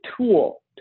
tool